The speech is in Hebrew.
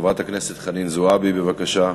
חברת הכנסת חנין זועבי, בבקשה.